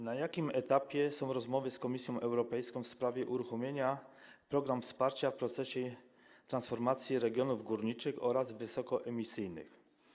Na jakim etapie są rozmowy z Komisją Europejską w sprawie uruchomienia programu wsparcia w procesie transformacji regionów górniczych oraz wysokoemisyjnych?